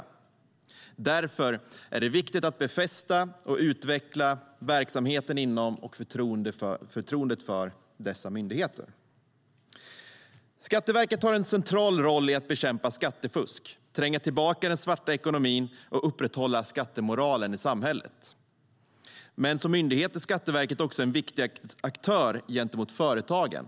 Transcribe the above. Därför är det viktigt att befästa och utveckla verksamheten inom och förtroendet för dessa myndigheter. Skatteverket har en central roll i att bekämpa skattefusk, tränga tillbaka den svarta ekonomin och upprätthålla skattemoralen i samhället. Men som myndighet är Skatteverket också en viktig aktör gentemot företagen.